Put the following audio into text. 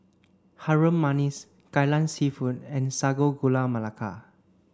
Harum Manis Kai Lan Seafood and Sago Gula Melaka